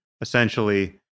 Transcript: essentially